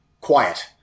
quiet